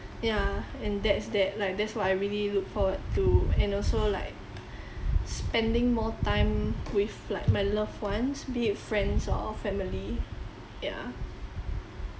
yeah and that's that like that's what I really look forward to and also like spending more time with my loved ones be it friends or family ya